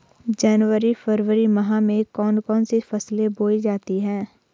जनवरी फरवरी माह में कौन कौन सी फसलें बोई जाती हैं?